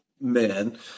men